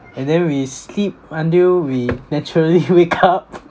and then we sleep until we naturally wake up